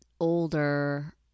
older